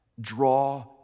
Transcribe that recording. draw